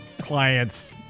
clients